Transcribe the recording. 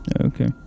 Okay